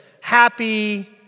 happy